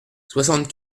soixante